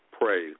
pray